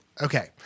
Okay